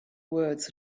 words